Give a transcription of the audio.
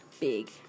big